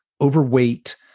overweight